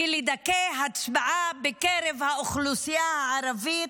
לדכא הצבעה בקרב האוכלוסייה הערבית,